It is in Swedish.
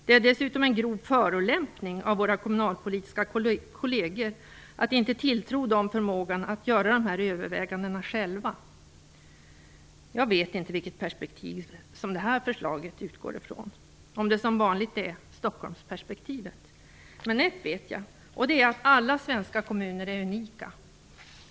Det är dessutom en grov förolämpning av våra kommunalpolitiska kolleger att inte tilltro dem förmågan att göra dessa överväganden själva. Jag vet inte vilket perspektiv som detta förslag utgår från - om det som vanligt är Stockholmsperspektivet. Men ett vet jag, och det är att alla svenska kommuner är unika.